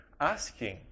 asking